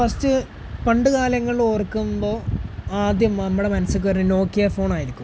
first പണ്ടുകാലങ്ങളെ ഓർക്കുമ്പോള് ആദ്യം നമ്മുടെ മനസിലേക്ക് വരുന്നത് നോക്കിയ ഫോണായിരിക്കും